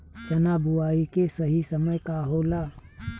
चना बुआई के सही समय का होला?